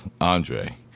Andre